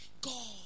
God